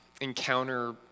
encounter